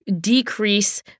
decrease